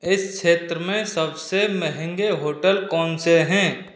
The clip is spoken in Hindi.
इस क्षेत्र में सबसे महँगे होटल कौनसे हैं